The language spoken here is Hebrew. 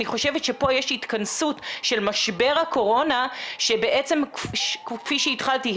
אני חושבת שפה יש התכנסות של משבר הקורונה שבעצם כפי שהתחלתי,